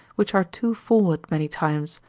which are too forward many times,